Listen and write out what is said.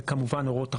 זה כמובן אורות רבין,